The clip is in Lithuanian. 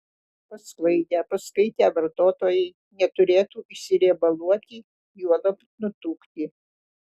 pasklaidę paskaitę vartotojai neturėtų išsiriebaluoti juolab nutukti